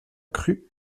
cru